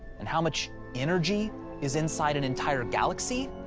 and how much energy is inside an entire galaxy?